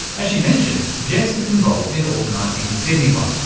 as she mentioned, jess is involved in organising the sydney one,